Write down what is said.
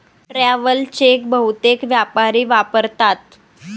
travel cheque बहुतेक व्यापारी वापरतात